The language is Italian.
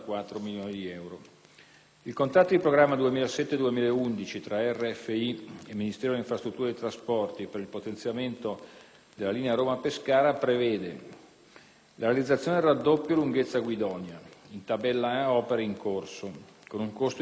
II contratto di programma 2007-2011 tra RFI e Ministero delle infrastrutture e dei trasporti per il potenziamento della linea Roma-Pescara prevede: la realizzazione del raddoppio Lunghezza-Guidonia, in tabella A «Opere in corso», con un costo di 102 milioni di euro,